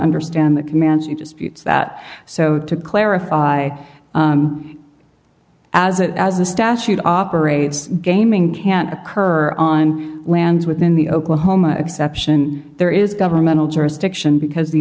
understand the comanche disputes that so to clarify as it as a statute operates gaming can occur on lands within the oklahoma exception there is governmental jurisdiction because the